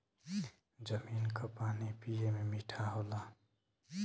जमीन क पानी पिए में मीठा होला